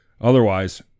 Otherwise